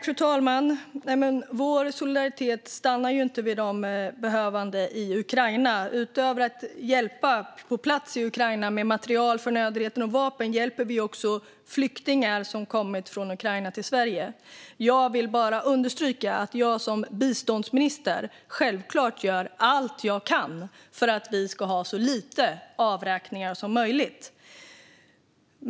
Fru talman! Vår solidaritet stannar inte vid de behövande i Ukraina. Utöver att hjälpa på plats i Ukraina med material, förnödenheter och vapen hjälper vi också flyktingar som kommit från Ukraina till Sverige. Jag vill bara understryka att jag som biståndsminister självklart gör allt jag kan för att vi ska ha så lite avräkningar som möjligt.